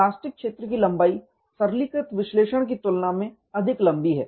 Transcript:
plastic क्षेत्र की लंबाई सरलीकृत विश्लेषण की तुलना में अधिक लंबी है